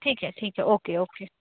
ठीक है ठीक है ओके ओके